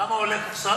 כמה עולה קופסה?